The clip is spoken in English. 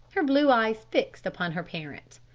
her blue eyes fixed upon her parent.